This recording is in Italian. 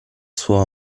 suo